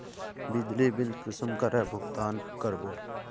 बिजली बिल कुंसम करे भुगतान कर बो?